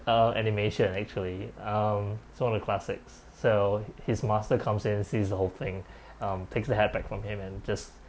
um animation actually um it's one of the classics so h~ his master comes in sees the whole thing um takes the hat back from him and just